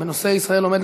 11 תומכים.